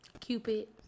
Cupid